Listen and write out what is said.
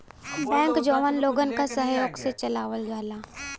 bank जौन लोगन क सहयोग से चलावल जाला